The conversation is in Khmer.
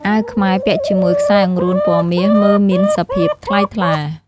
អាវខ្មែរពាក់ជាមួយខ្សែអង្រួនពណ៌មាសមើលមានសភាពថ្លៃថ្លា។